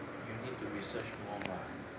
you need to research more bah